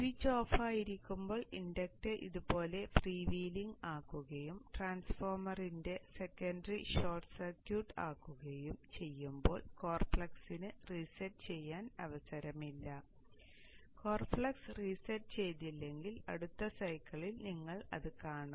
switch ഓഫായിരിക്കുമ്പോൾ inductor ഇതുപോലെ free wheeling ആകുകയും ട്രാൻസ്ഫോർമറിന്റെ സെക്കൻഡറി ഷോർട്ട് സർക്യൂട്ട് ആകുകയും ചെയ്യുമ്പോൾ കോർ ഫ്ളക്സിന് റീസെറ്റ് ചെയ്യാൻ അവസരമില്ല കോർ ഫ്ളക്സ് റീസെറ്റ് ചെയ്തില്ലെങ്കിൽ അടുത്ത സൈക്കിളിൽ നിങ്ങൾ അത് കാണും